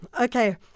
okay